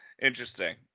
Interesting